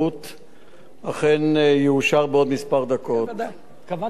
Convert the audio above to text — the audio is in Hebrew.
ועל החוק הזה מדברים הרבה שנים.